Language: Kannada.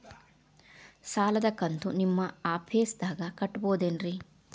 ಸಾಲದ ಕಂತು ನಿಮ್ಮ ಆಫೇಸ್ದಾಗ ಕಟ್ಟಬಹುದೇನ್ರಿ?